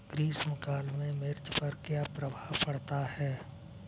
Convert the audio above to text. ग्रीष्म काल में मिर्च पर क्या प्रभाव पड़ता है?